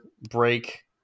break